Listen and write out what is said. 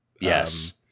Yes